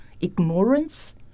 ignorance